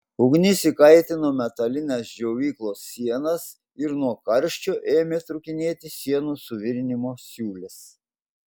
ugnis įkaitino metalines džiovyklos sienas ir nuo karščio ėmė trūkinėti sienų suvirinimo siūlės